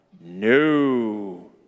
No